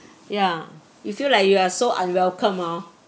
ya you feel like you are so unwelcome oh